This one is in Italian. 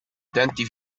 utenti